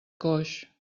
coix